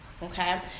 Okay